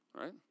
right